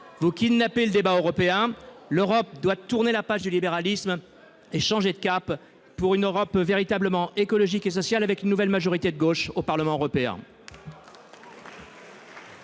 Vous kidnappez le débat européen ! L'Europe doit tourner la page du libéralisme et changer de cap pour devenir véritablement écologique et sociale, avec une nouvelle majorité de gauche au Parlement européen.